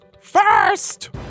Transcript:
First